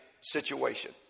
situation